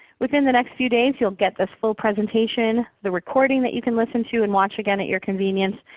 within the next few days, you'll get this full presentation, the recording that you can listen to and watch again at your convenience,